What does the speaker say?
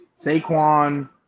Saquon